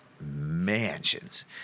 mansions